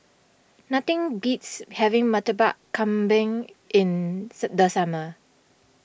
nothing beats having Murtabak Kambing in the summer